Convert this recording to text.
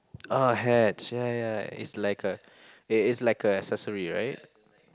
ah hatch ya ya ya is like a it it's like a accessory right